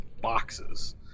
boxes